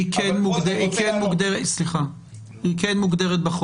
לכן אנחנו מאפשרים לך לדבר ב-זום.